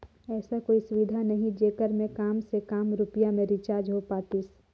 ऐसा कोई सुविधा नहीं जेकर मे काम से काम रुपिया मे रिचार्ज हो पातीस?